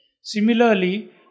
Similarly